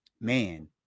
man